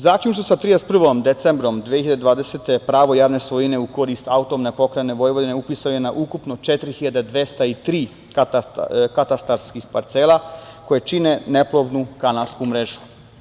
Zaključno sa 31. decembrom 2020. godine pravo javne svojine u korist AP Vojvodine upisano je na ukupno 4.203 katastarskih parcela, koje čine neplovnu kanalsku mrežu.